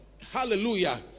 hallelujah